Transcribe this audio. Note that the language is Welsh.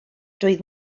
doedd